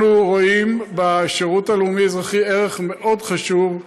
אנחנו רואים בשירות הלאומי-אזרחי ערך מאוד חשוב.